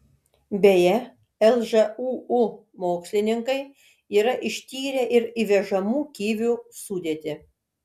beje lžūu mokslininkai yra ištyrę ir įvežamų kivių sudėtį